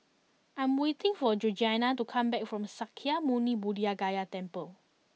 I am waiting for Georgianna to come back from Sakya Muni Buddha Gaya Temple